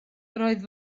roedd